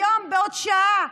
היום בעוד שעה,